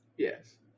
Yes